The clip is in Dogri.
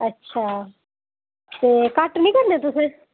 अच्छा ते घट्ट नी करने तुसें